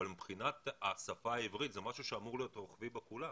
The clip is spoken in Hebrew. אבל מבחינת השפה העברית זה משהו שאמור להיות רוחבי לכולם.